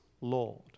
Lord